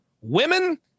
Women